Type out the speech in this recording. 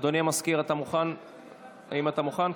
אדוני המזכיר, האם אתה מוכן?